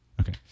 Okay